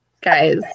Guys